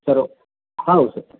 sir